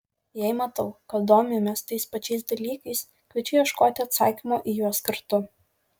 jei matau kad domimės tais pačiais dalykais kviečiu ieškoti atsakymo į juos kartu